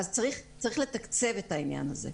אז צריך לתקצב את העניין הזה.